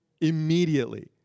Immediately